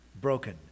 broken